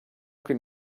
can